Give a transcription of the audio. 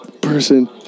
person